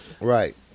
Right